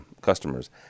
customers